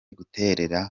guterera